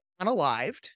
unalived